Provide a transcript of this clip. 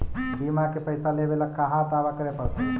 बिमा के पैसा लेबे ल कहा दावा करे पड़तै?